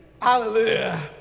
Hallelujah